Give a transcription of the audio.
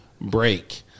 break